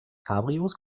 cabrios